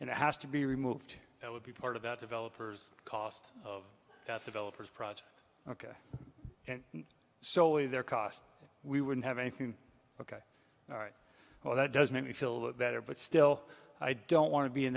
and it has to be removed it would be part of the developers cost of developers project ok and so their cost we wouldn't have anything ok all right well that does make me feel better but still i don't want to be in